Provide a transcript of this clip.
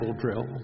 drill